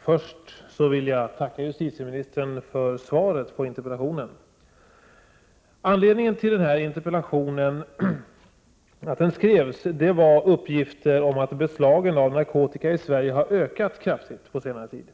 Herr talman! Först vill jag tacka justitieministern för svaret på interpellationen. Anledningen till att den här interpellationen skrevs var uppgifter om att beslagen av narkotika i Sverige ökat kraftigt på senare tid.